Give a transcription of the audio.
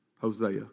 Hosea